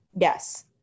yes